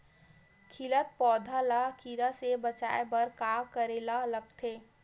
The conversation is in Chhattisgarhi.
खिलत पौधा ल कीरा से बचाय बर का करेला लगथे?